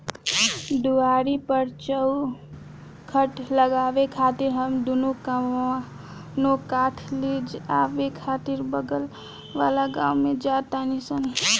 दुआरी पर चउखट लगावे खातिर हम दुनो कवनो काठ ले आवे खातिर बगल वाला गाँव में जा तानी सन